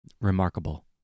Remarkable